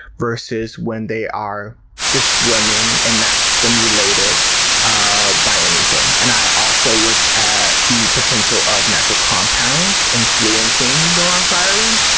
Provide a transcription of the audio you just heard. versus when they are just swimming and not stimulated ah by anything. and i also looked at the potential of natural compounds influencing neuron firing.